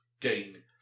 gain